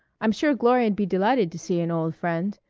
i'm sure gloria'd be delighted to see an old friend.